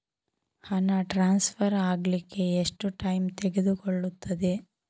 ಹಣ ಟ್ರಾನ್ಸ್ಫರ್ ಅಗ್ಲಿಕ್ಕೆ ಎಷ್ಟು ಟೈಮ್ ತೆಗೆದುಕೊಳ್ಳುತ್ತದೆ?